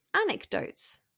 anecdotes